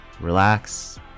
relax